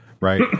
Right